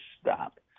stop